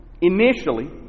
initially